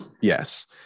Yes